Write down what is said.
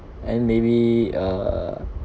and maybe err